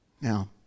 Now